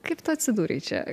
kaip tu atsidūrei čia